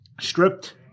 stripped